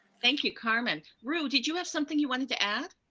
thank you, carmen. roo, did you have something you wanted to add?